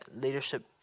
leadership